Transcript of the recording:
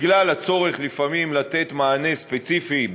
בגלל הצורך לתת לפעמים מענה ספציפי,